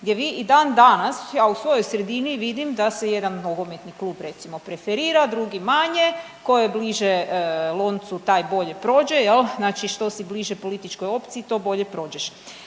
gdje vi i dan danas, ja u svojoj sredini vidim da se jedan nogometni klub recimo preferira, drugi manje. Tko je bliže loncu taj bolje prođe, Znači što si bliže političkoj opciji to bolje prođeš.